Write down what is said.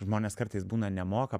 žmonės kartais būna nemoka